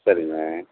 சரிங்க